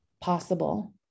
possible